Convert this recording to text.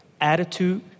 Attitude